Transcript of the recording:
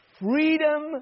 freedom